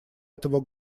этого